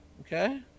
Okay